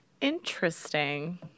Interesting